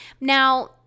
Now